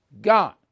Gone